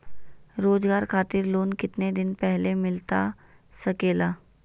रोजगार खातिर लोन कितने दिन पहले मिलता सके ला?